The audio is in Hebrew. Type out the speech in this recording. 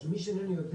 אז למי שלא יודע